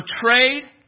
betrayed